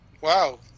Wow